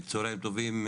צוהריים טובים,